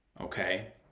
Okay